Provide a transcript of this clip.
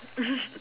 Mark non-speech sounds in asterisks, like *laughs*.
*laughs*